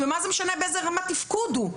ומה זה משנה באיזו רמת תפקוד הוא.